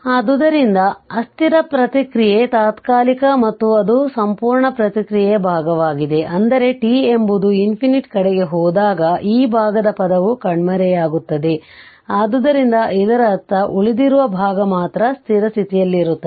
ಆದ್ದರಿಂದ ಅಸ್ಥಿರ ಪ್ರತಿಕ್ರಿಯೆ ತಾತ್ಕಾಲಿಕ ಮತ್ತು ಅದು ಸಂಪೂರ್ಣ ಪ್ರತಿಕ್ರಿಯೆಯ ಭಾಗವಾಗಿದೆ ಅಂದರೆ t ಎಂಬುದು ∞ ಕಡೆಗೆ ಹೋದಾಗ ಈ ಭಾಗದ ಪದವು ಕಣ್ಮರೆಯಾಗುತ್ತದೆ ಆದ್ದರಿಂದ ಇದರರ್ಥ ಉಳಿದಿರುವ ಭಾಗ ಮಾತ್ರ ಸ್ಥಿರ ಸ್ಥಿತಿಯಲ್ಲಿರುತ್ತದೆ